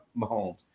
Mahomes